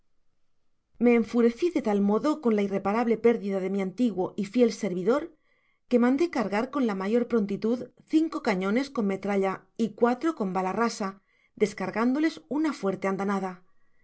me enfureci de tal modo con la irreparable pérdida de mi antiguo y fiel servidor que mandó cargar con la mayor prontitud cinco cañones con metralla y cuatro coa bala rasa descargándoles una fuerte andanada